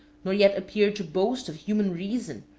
nor yet appear to boast of human reason,